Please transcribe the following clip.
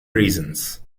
reasons